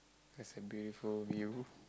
that's a beautiful view